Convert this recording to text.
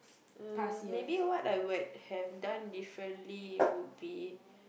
mm maybe what I would have done different would be